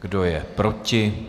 Kdo je proti?